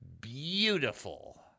beautiful